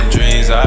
Dreams